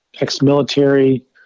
ex-military